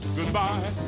goodbye